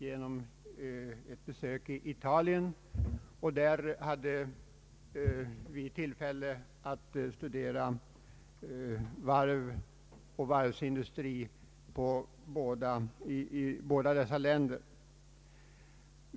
Under resan hade vi tillfälle att studera varv och varvsindustri i båda dessa länder.